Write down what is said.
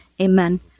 Amen